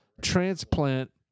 transplant